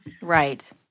Right